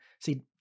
See